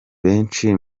benshi